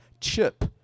chip